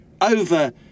over